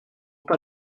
pas